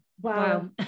wow